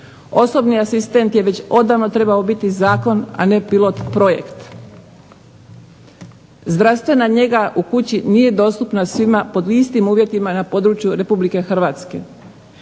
Osobni asistent je već odavno trebao biti zakon, a ne pilot projekt. Zdravstvena njega u kući nije dostupna svima pod istim uvjetima na području RH. Gdje se